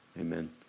Amen